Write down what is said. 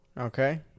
Okay